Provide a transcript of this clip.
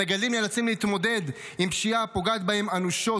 המגדלים נאלצים להתמודד עם פשיעה הפוגעת בהם אנושות